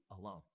alone